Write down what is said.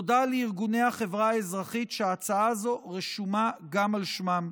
תודה לארגוני החברה האזרחית שההצעה הזו רשומה גם על שמם,